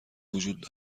وجود